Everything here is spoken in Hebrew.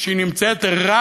שנמצאת רק